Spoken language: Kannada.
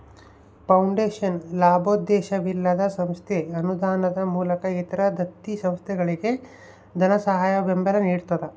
ಫೌಂಡೇಶನ್ ಲಾಭೋದ್ದೇಶವಿಲ್ಲದ ಸಂಸ್ಥೆ ಅನುದಾನದ ಮೂಲಕ ಇತರ ದತ್ತಿ ಸಂಸ್ಥೆಗಳಿಗೆ ಧನಸಹಾಯ ಬೆಂಬಲ ನಿಡ್ತದ